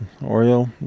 Oreo